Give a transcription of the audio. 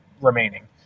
remaining